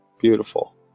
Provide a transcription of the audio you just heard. Beautiful